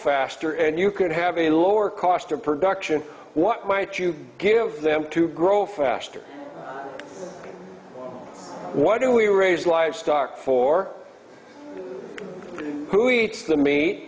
faster and you could have a lower cost of production what might you give them to grow faster why do we raise livestock for who eats the